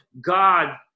God